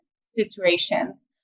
situations